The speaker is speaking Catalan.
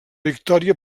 victòria